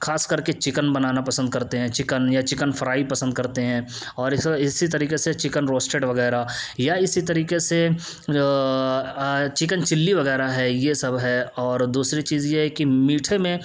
خاص کر کے چکن بنانا پسند کرتے ہیں چکن یا چکن فرائی پسند کرتے ہیں اور اسی طریقے سے چکن روسٹڈ وغیرہ یا اسی طریقے سے چکن چلّی وغیرہ ہے یہ سب ہے اور دوسری چیز یہ ہے کہ میٹھے میں